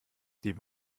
die